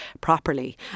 properly